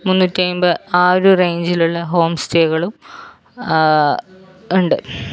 മുന്നൂറ്റി അമ്പത് ആ ഒരു റേഞ്ചിലുള്ള ഹോംസ്റ്റേകളും ഉണ്ട്